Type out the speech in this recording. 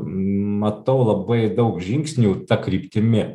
matau labai daug žingsnių ta kryptimi